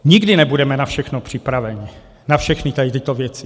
Nikdy nebudeme na všechno připraveni, na všechny tady tyto věci.